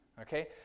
Okay